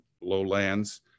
lowlands